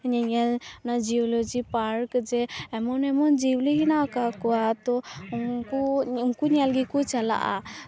ᱧᱮᱧᱮᱞ zoology park ᱡᱮ ᱮᱢᱚᱱ ᱮᱢᱚᱱ ᱡᱤᱭᱟᱹᱞᱤ ᱦᱮᱱᱟᱜ ᱟᱠᱟᱫ ᱠᱚᱣᱟ ᱛᱳ ᱩᱱᱠᱩ ᱩᱱᱠᱩ ᱧᱮᱞ ᱜᱮᱠᱚ ᱪᱟᱞᱟᱜᱼᱟ